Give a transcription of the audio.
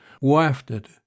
wafted